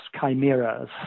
chimeras